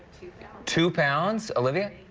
two pounds, olivia?